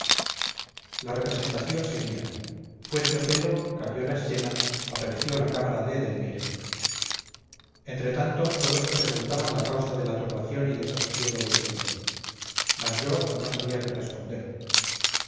la representación seguía fuese otelo cambió la escena apareció la cámara de edelmira entretanto todos me preguntaban la causa de la turbación y desasosiego de isidoro mas yo no sabía qué responder